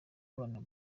abantu